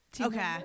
Okay